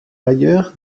ailleurs